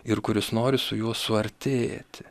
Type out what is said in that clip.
ir kuris nori su juo suartėti